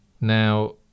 Now